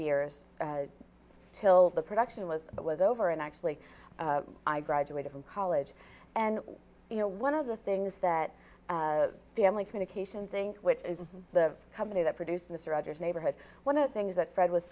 years till the production was was over and actually i graduated from college and you know one of the things that the only communication thing which is the company that produced mr rogers neighborhood one of the things that fred was